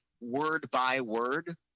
word-by-word